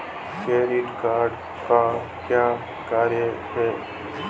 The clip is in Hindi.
क्रेडिट कार्ड का क्या कार्य है?